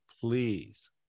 Please